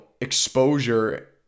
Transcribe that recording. exposure